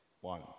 one